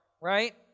right